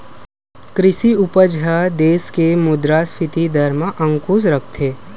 कृषि उपज ह देस के मुद्रास्फीति दर म अंकुस रखथे